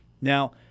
now